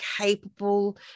capable